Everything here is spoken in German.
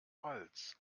holz